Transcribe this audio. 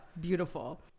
Beautiful